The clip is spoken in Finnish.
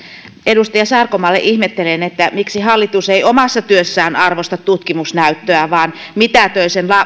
edustaja sarkomaalle ihmettelen miksi hallitus ei omassa työssään arvosta tutkimusnäyttöä vaan mitätöi sen